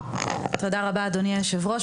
תודה רבה, אדוני היו"ר.